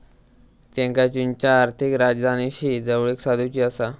त्येंका चीनच्या आर्थिक राजधानीशी जवळीक साधुची आसा